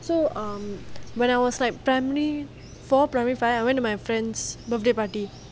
so um when I was like primary four primary five I went to my friend's birthday party